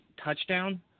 touchdown